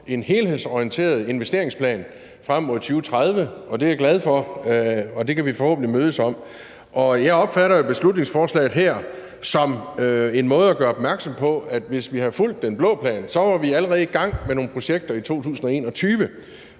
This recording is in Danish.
en helhedsorienteret investeringsplan frem mod 2030, og det er jeg glad for, og det kan vi forhåbentlig mødes om. Jeg opfatter beslutningsforslaget her som en måde at gøre opmærksom på, at hvis vi havde fulgt den blå plan, ville vi allerede være i gang med nogle projekter i 2021.